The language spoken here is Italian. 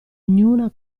ognuna